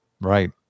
right